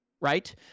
right